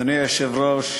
אדוני היושב-ראש,